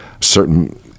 certain